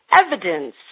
evidence